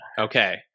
Okay